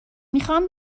میخام